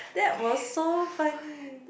that was so funny